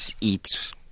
eat